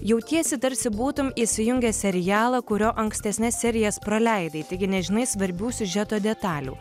jautiesi tarsi būtum įsijungęs serialą kurio ankstesnes serijas praleidai taigi nežinai svarbių siužeto detalių